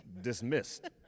dismissed